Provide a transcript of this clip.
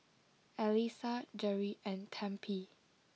Alysa Jere and Tempie